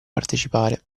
partecipare